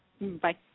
Bye